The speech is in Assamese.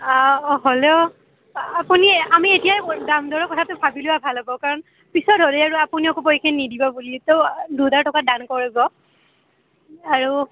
হ'লেও আপুনি আমি এতিয়াই দাম দৰৰ কথাটো ভাবি লোৱা ভাল হ'ব কাৰণ পিছত হ'লে আৰু আপুনিও ক'ব এইখিনি নিদিব বুলি তৌ দুহেজাৰ টকাত ডান কৰিব আৰু